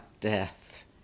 death